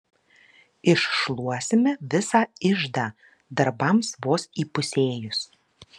iššluosime visą iždą darbams vos įpusėjus